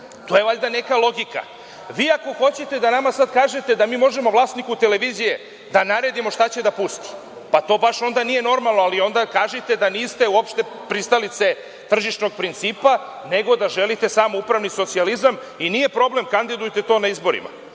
to je valjda neka logika. Vi ako hoćete sada nama da kažete da mi možemo vlasniku televizije da naredimo šta će da pusti, to baš onda nije normalno. Ali, onda kažite da niste uopšte pristalice tržišnog principa, nego da želite samoupravni socijalizam i nije problem, kandidujte to na izborima. Mislim